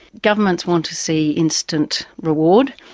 governments want to see instant reward,